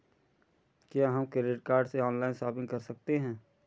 क्या हम credit card से ऑनलाइन शॉपिंग कर सकते हैं?